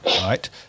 right